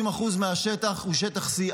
60% מהשטח הוא שטח C,